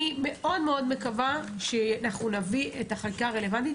אני מקווה מאוד שנביא את החקיקה הרלוונטית,